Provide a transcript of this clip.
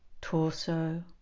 torso